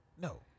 No